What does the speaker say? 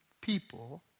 people